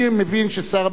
אני מבין ששר הביטחון,